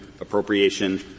appropriation